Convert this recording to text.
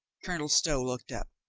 colonel stow looked up.